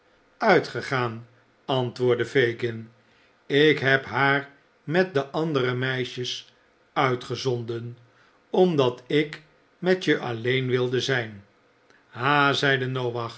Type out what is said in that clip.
uitgegaan antwoordde fagin ik heb haar met de andere meisjes uitgezonden omdat ik met je alleen wilde zijn ha zeide noach